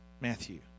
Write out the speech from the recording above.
Matthew